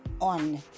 on